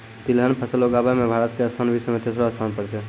तिलहन फसल उगाबै मॅ भारत के स्थान विश्व मॅ तेसरो स्थान पर छै